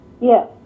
Yes